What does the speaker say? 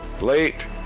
late